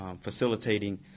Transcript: facilitating